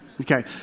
Okay